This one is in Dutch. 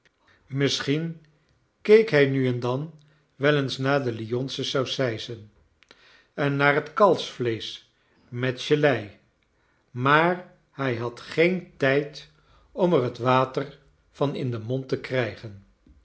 misschien keek hij nu en dan wel eens naar de lyonsche saucijsen en naar het kalfsvieesch met gelei maax hij had geen tijd om er water van in den mond te krijgen